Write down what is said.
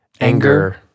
anger